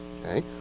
Okay